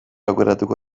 aukeratuko